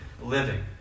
living